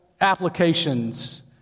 applications